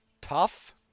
tough